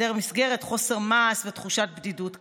חוסר מעש ותחושת בדידות קשה.